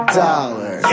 dollar